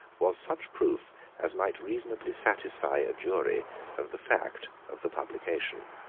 was such proof as might reasonably satisfy a jury of the fact of the publication.